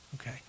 Okay